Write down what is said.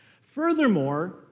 Furthermore